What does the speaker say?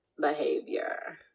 behavior